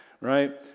right